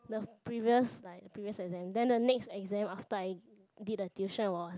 the previous like the previous exam then the next exam after I did the tuition was